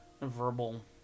verbal